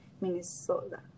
Minnesota